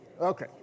Okay